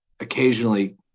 occasionally